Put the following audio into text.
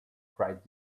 cried